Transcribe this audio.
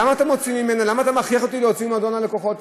למה אתה מכריח אותי להוציא ממועדון הלקוחות?